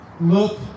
look